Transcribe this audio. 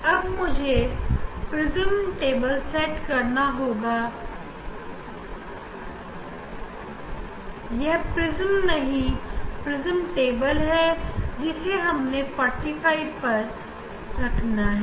अब मुझे prism set करना होगा यह प्रिज्म नहीं है यह प्रिज्म टेबल हमें 45 पर रखना है